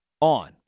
on